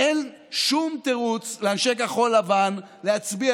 אין שום תירוץ לאנשי כחול לבן להצביע